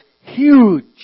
huge